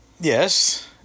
Yes